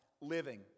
living